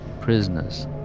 prisoners